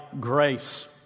grace